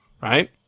right